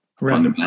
right